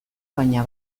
baina